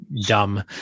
dumb